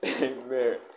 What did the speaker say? Amen